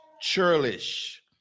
churlish